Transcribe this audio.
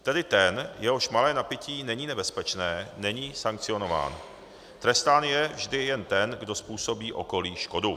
Tedy ten, jehož malé napití není nebezpečné, není sankcionován, trestán je vždy jen ten, kdo způsobí okolí škodu.